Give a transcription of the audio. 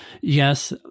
yes